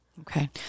Okay